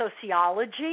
sociology